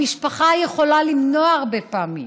המשפחה יכולה למנוע הרבה פעמים.